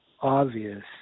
obvious